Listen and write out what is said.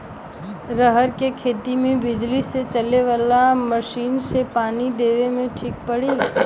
रहर के खेती मे बिजली से चले वाला मसीन से पानी देवे मे ठीक पड़ी?